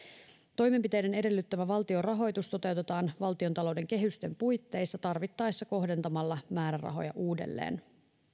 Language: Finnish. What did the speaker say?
toimenpiteiden edellyttämä valtion rahoitus toteutetaan valtiontalouden kehysten puitteissa tarvittaessa kohdentamalla määrärahoja uudelleen